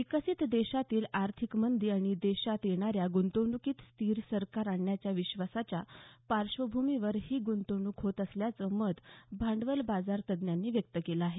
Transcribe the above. विकसित देशांतील आर्थिक मंदी आणि देशात येणाऱ्या निवडणुकीत स्थीर सरकार येण्याचा विश्वासाच्या पार्श्वभूमीवर ही गुंतवणूक होत असल्याचं मत भांडवल बाजार तज्ज्ञांनी व्यक्त केलं आहे